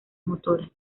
motoras